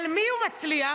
על מי הוא מצליח?